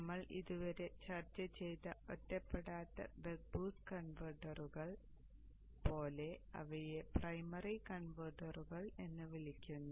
നമ്മൾ ഇതുവരെ ചർച്ച ചെയ്ത ഒറ്റപ്പെടാത്ത ബക്ക് ബൂസ്റ്റ് ബക്ക് ബൂസ്റ്റ് കൺവെർട്ടറുകൾ പോലെ അവയെ പ്രൈമറി കൺവെർട്ടറുകൾ എന്ന് വിളിക്കപ്പെടുന്നു